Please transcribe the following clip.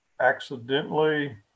accidentally